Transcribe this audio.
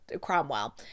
Cromwell